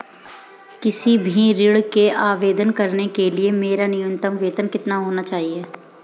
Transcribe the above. किसी भी ऋण के आवेदन करने के लिए मेरा न्यूनतम वेतन कितना होना चाहिए?